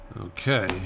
Okay